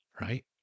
right